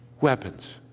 weapons